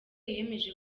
yemeje